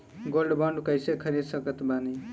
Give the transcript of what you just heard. Gold bond कईसे खरीद सकत बानी?